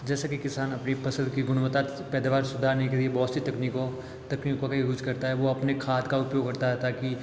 जैसे कि किसान अपनी फ़सल की गुणवत्ता पैदावार सुधारने के लिए बहुत सी तकनीकों तकनीकों का यूज़ करता है वो अपने खाद का उपयोग करता है ताकि